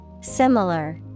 Similar